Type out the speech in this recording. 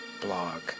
blog